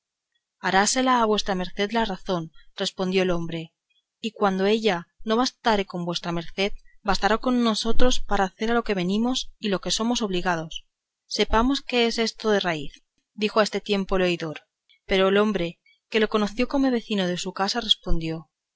a vuestra merced la razón respondió el hombre y cuando ella no bastare con vuestra merced bastará con nosotros para hacer a lo que venimos y lo que somos obligados sepamos qué es esto de raíz dijo a este tiempo el oidor pero el hombre que lo conoció como vecino de su casa respondió